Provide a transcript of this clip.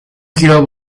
giró